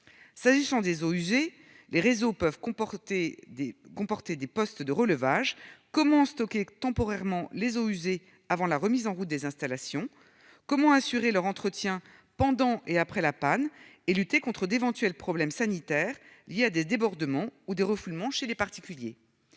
Concernant les eaux usées, les réseaux peuvent comporter des postes de relevage. Comment stocker temporairement les eaux usées avant la remise en route des installations ? Comment assurer l'entretien des réseaux pendant et après la panne et lutter contre d'éventuels problèmes sanitaires liés à des débordements ou à des refoulements chez les particuliers ?